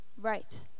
Right